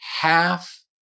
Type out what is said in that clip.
half